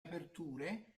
aperture